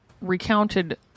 recounted